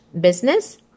business